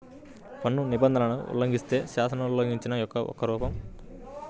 పన్ను నిబంధనలను ఉల్లంఘిస్తే, శాసనోల్లంఘన యొక్క ఒక రూపం